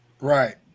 Right